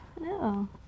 No